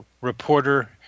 reporter